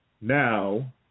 now